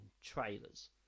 trailers